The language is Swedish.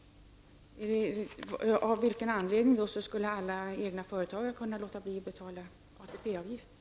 Av vilken anledning skulle alla egenföretagare kunna låta bli att betala ATP